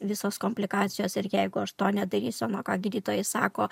visos komplikacijos ir jeigu aš to nedarysiu ką gydytojai sako